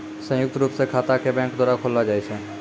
संयुक्त रूप स खाता क बैंक द्वारा खोललो जाय छै